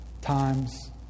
times